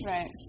Right